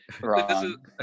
wrong